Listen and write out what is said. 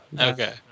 Okay